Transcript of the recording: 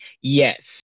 Yes